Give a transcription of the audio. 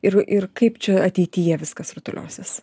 ir ir kaip čia ateityje viskas rutuliosis